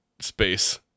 space